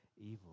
evil